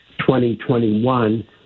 2021